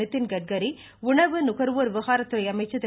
நிதின்கட்கரி உணவு மற்றும் நுகர்வோர் விவகாரத்துறை அமைச்சர் திரு